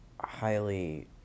highly